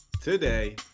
today